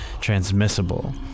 transmissible